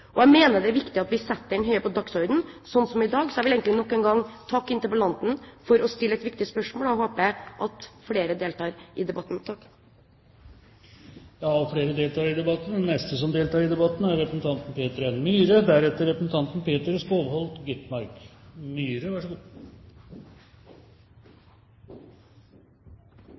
setter denne konflikten på dagsordenen – sånn som i dag. Så jeg vil nok en gang takke interpellanten for å stille et viktig spørsmål, og jeg håper at flere deltar i debatten. Og flere deltar i debatten. Den neste som deltar i debatten, er representanten Peter N. Myhre, deretter representanten Peter Skovholt Gitmark.